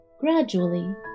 Gradually